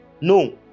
no